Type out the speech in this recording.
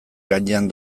gainean